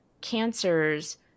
cancers